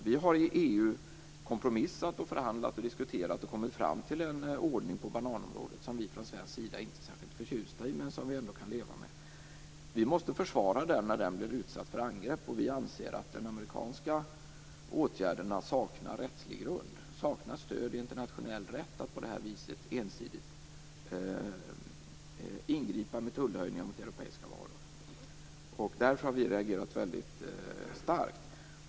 Vi har i EU kompromissat, förhandlat, diskuterat och kommit fram till en ordning på bananområdet som vi från svensk sida inte är särskilt förtjusta i men som vi ändå kan leva med. Vi måste försvara den när den blir utsatt för angrepp, och vi anser att de amerikanska åtgärderna saknar rättslig grund. Det saknas stöd i internationell rätt för att på det här viset ensidigt ingripa med tullhöjningar mot europeiska varor. Därför har vi reagerat väldigt starkt.